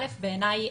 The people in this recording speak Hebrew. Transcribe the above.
א', בעיניי